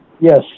Yes